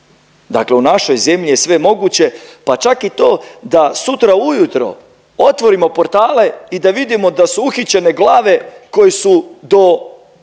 Dakle, u našoj zemlji je sve moguće pa čak i to da sutra ujutro otvorimo portale i da vidimo da su uhićene glave koje su do 30